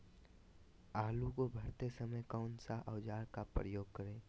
आलू को भरते समय कौन सा औजार का प्रयोग करें?